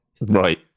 Right